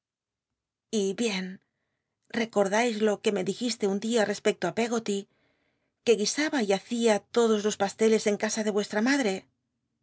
y hicn ecordais lo que me dijisteis un di í pcggoly que guisaba y hacia todos los pasteles en casa de vuestta madre